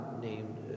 named